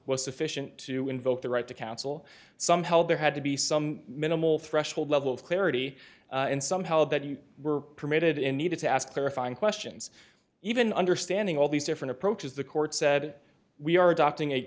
was sufficient to invoke the right to counsel somehow there had to be some minimal threshold level of clarity and somehow that you were permitted in need to ask clarifying questions even understanding all these different approaches the court said we are adopting a